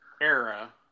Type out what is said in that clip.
era